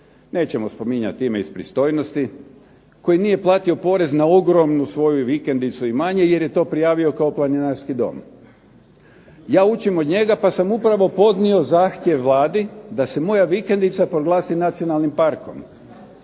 Nećemo spominjati ime iz pristojnosti koji nije platio porez na ogromnu svoju vikendicu i imanje jer je to prijavio kao planinarski dom. Ja učim od njega, pa sam upravo podnio zahtjev Vladi da se moja vikendica proglasi nacionalnim parkom.